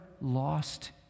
lost